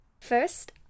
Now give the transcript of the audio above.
First